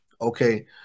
Okay